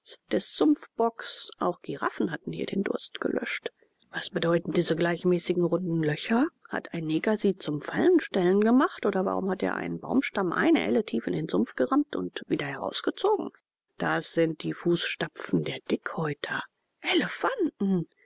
des sumpfbocks auch giraffen hatten hier den durst gelöscht was bedeuten diese gleichmäßigen runden löcher hat ein neger sie zum fallenstellen gemacht oder warum hat er einen baumstamm eine elle tief in den sumpf gerammt und wieder herausgezogen das sind die fußstapfen der dickhäuter elefanten